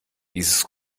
dieses